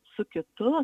su kitu